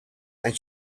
and